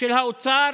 של האוצר,